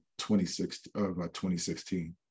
2016